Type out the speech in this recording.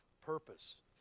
purpose